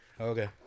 Okay